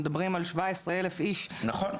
הנושא היום הוא המענים לילדים שמגיעים מאוקראינה.